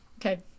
Okay